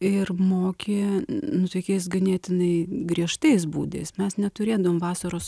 ir mokė nu tokiais ganėtinai griežtais būdais mes neturėdavom vasaros